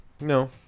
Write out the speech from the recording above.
No